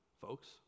folks